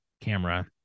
camera